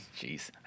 jeez